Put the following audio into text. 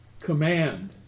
command